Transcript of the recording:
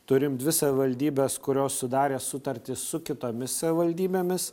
turim dvi savivaldybes kurios sudarę sutartis su kitomis savivaldybėmis